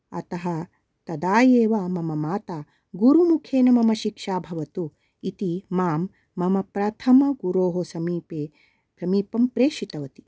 अतः तदा एव मम माता गुरुमुखेन मम शिक्षा भवतु इति मां मम प्रथमगुरोः समीपे समीपं प्रेषितवती